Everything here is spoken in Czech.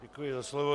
Děkuji za slovo.